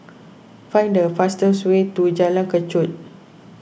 find the fastest way to Jalan Kechot